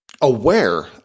aware